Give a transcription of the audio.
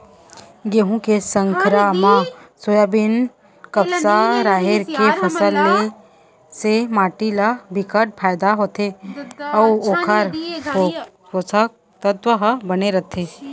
गहूँ के संघरा म सोयाबीन, कपसा, राहेर के फसल ले से माटी ल बिकट फायदा होथे अउ ओखर पोसक तत्व ह बने रहिथे